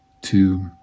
two